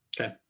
Okay